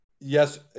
Yes